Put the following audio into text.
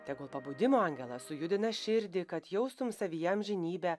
tegul pabudimo angelas sujudina širdį kad jaustum savyje amžinybę